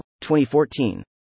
2014